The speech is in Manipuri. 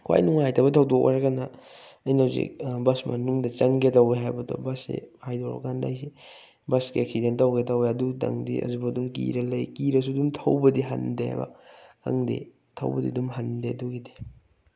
ꯈ꯭ꯋꯥꯏ ꯅꯨꯡꯉꯥꯏꯇꯕ ꯊꯧꯗꯣꯛ ꯍꯥꯏꯔꯒꯅ ꯑꯩꯅ ꯍꯧꯖꯤꯛ ꯕꯁ ꯃꯅꯨꯡꯗ ꯆꯪꯒꯦ ꯇꯧꯋꯦ ꯍꯥꯏꯕꯗꯣ ꯕꯁꯁꯦ ꯍꯥꯏꯗꯣꯔꯛꯑꯀꯥꯟꯗ ꯑꯩꯁꯦ ꯕꯁꯀ ꯑꯦꯛꯁꯤꯗꯦꯟ ꯇꯧꯒꯦ ꯇꯧꯋꯦ ꯑꯗꯨꯝꯇꯪꯗꯤ ꯍꯧꯖꯤꯛ ꯐꯥꯎ ꯑꯗꯨꯝ ꯀꯤꯔꯒ ꯂꯩ ꯀꯤꯔꯁꯨ ꯑꯗꯨꯝ ꯊꯧꯕꯗꯤ ꯍꯟꯗꯦ ꯍꯥꯏꯕ ꯈꯪꯗꯦ ꯊꯧꯕꯗꯤ ꯑꯗꯨꯝ ꯍꯟꯗꯦ ꯑꯗꯨꯒꯤꯗꯤ